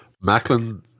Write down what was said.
Macklin